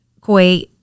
koi